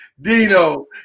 Dino